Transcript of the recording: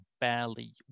barely